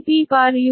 VpB